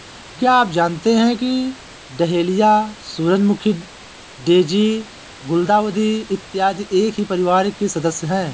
क्या आप जानते हैं कि डहेलिया, सूरजमुखी, डेजी, गुलदाउदी इत्यादि एक ही परिवार के सदस्य हैं